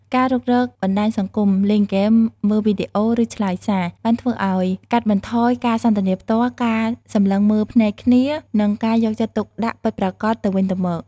ការរុករកបណ្ដាញសង្គម លេងហ្គេម មើលវីដេអូ ឬឆ្លើយសារ បានធ្វើឲ្យ កាត់បន្ថយការសន្ទនាផ្ទាល់ ការសម្លឹងមើលភ្នែកគ្នា និងការយកចិត្តទុកដាក់ពិតប្រាកដទៅវិញទៅមក។